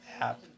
app